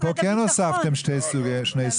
אבל כאן כן הוספתם שני סוגים.